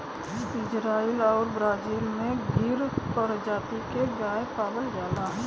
Israel आउर Brazil में गिर परजाती के गाय पावल जाला